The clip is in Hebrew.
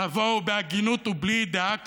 תבואו בהגינות ובלי דעה קדומה,